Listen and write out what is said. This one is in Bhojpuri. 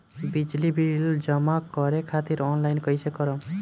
बिजली बिल जमा करे खातिर आनलाइन कइसे करम?